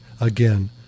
again